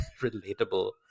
relatable